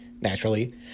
naturally